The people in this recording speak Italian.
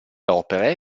opere